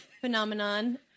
phenomenon